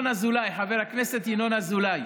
חבר הכנסת ינון אזולאי,